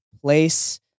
place